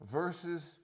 verses